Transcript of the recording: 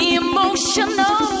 emotional